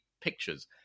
pictures